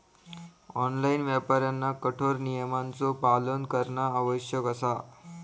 online व्यापाऱ्यांना कठोर नियमांचो पालन करणा आवश्यक असा